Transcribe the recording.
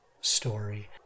story